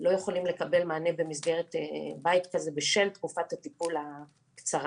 לא יכולים לקבל מענה במסגרת בית כזה בשל תקופת הטיפול הקצרה.